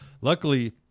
Luckily